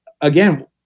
Again